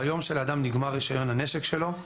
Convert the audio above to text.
ביום שלאדם נגמר רישיון הנשק שלו,